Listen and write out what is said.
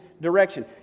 direction